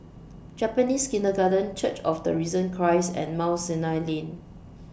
Japanese Kindergarten Church of The Risen Christ and Mount Sinai Lane